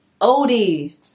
Odie